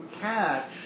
catch